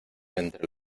entre